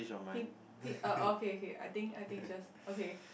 pink pink uh okay okay I think I think is just okay